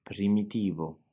Primitivo